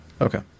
Okay